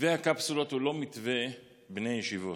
מתווה הקפסולות הוא לא מתווה בני הישיבות.